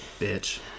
bitch